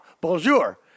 Bonjour